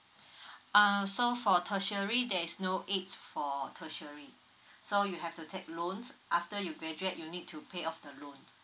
um so for tertiary there is no aids for tertiary so you have to take loan after you graduate you need to pay off the loan